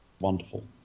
wonderful